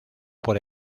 por